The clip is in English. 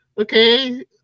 okay